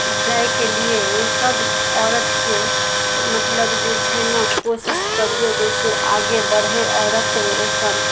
जायके लिए सब औरतके मतलब जे छै ने कोशिश करियौ जैसे आगे बढ़ि औरत ओ सब